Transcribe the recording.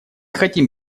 хотим